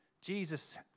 Jesus